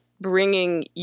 bringing